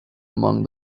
among